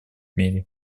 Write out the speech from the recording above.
мире